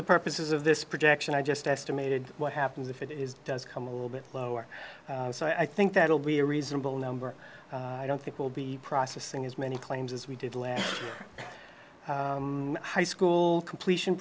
the purposes of this projection i just estimated what happens if it is does come a little bit lower so i think that will be a reasonable number i don't think will be processing as many claims as we did last high school completion